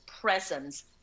presence